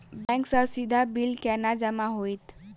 Bank सँ सीधा bill केना जमा होइत?